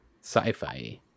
sci-fi